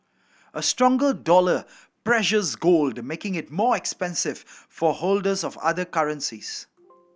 a stronger dollar pressures gold making it more expensive for holders of other currencies